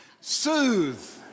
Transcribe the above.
soothe